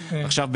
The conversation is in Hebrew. עכשיו,